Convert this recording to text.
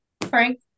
Frank